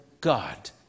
God